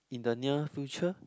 in the near future